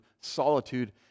solitude